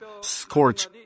scorch